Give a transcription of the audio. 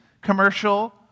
commercial